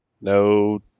No